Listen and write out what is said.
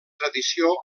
tradició